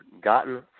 gotten